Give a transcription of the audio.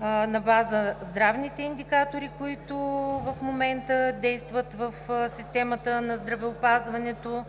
на база на здравните индикатори, които в момента действат в системата на здравеопазването,